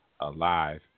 alive